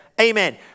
Amen